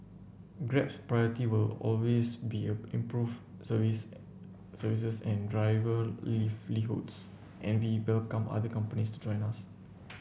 Grab's priority will always be a improve service services and driver livelihoods and we welcome other companies to join us